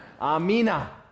Amina